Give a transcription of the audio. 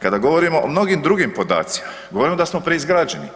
Kada govorimo o mnogim drugim podacima, govorimo da smo preizgrađeni.